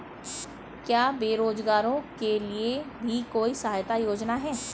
क्या बेरोजगारों के लिए भी कोई सहायता योजना है?